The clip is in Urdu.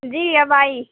جی اب آئی